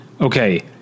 okay